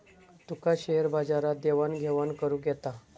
तुका share बाजारात देवाण घेवाण करुक येता?